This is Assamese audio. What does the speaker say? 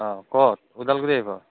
অঁ ক'ত ওদালগুড়ি আহিব